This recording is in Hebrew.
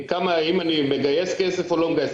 אם אני מגייס כסף או לא מגייס.